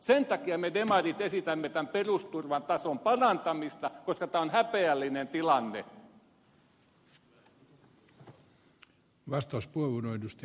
sen takia me demarit esitämme tämän perusturvan tason parantamista koska tämä on häpeällinen tilanne